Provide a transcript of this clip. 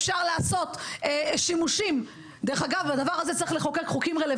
דרך אגב כדי לעשות את הדבר הזה צריך לחוקק חוקים,